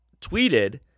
tweeted